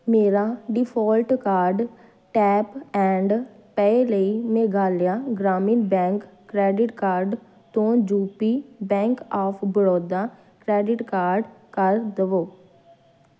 ਮੇਰਾ default card tap and pay ਲਈ Meghalaya Gramin bank credit card ਤੋਂ UP bank of Baroda credit card ਕਰ ਦੇਵੋ